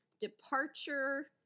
departure